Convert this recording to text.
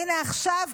הינה עכשיו,